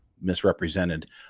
misrepresented